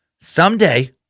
Someday